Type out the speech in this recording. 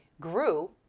grew